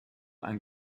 and